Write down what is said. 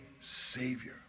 savior